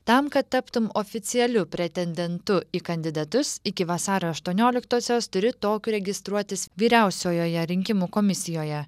tam kad taptum oficialiu pretendentu į kandidatus iki vasario aštuonioliktosios turi tokiu registruotis vyriausiojoje rinkimų komisijoje